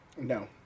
No